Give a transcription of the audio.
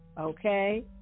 Okay